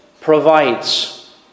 provides